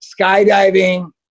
Skydiving